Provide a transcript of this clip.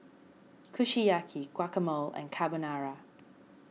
Kushiyaki Guacamole and Carbonara